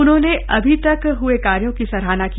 उन्होंने अभी तक हए कार्यों की सराहना की